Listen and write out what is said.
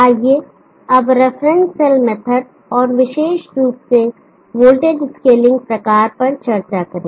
आइए अब reference cell method और विशेष रूप से वोल्टेज स्केलिंग प्रकार पर चर्चा करें